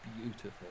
beautiful